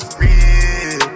real